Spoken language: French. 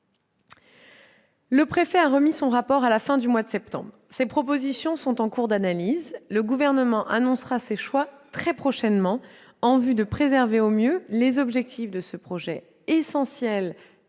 Le préfet a remis son rapport à la fin du mois de septembre et ses propositions sont en cours d'analyse. Le Gouvernement annoncera ses choix très prochainement, en vue de préserver au mieux les objectifs de ce projet essentiel